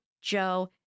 Joe